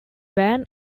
van